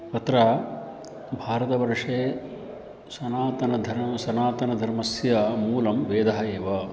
अत्र भारतवर्षे सनातनधर्मः सनातनधर्मस्य मूलं वेदः एव